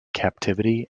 captivity